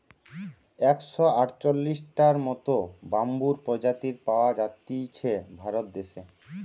একশ আটচল্লিশটার মত বাম্বুর প্রজাতি পাওয়া জাতিছে ভারত দেশে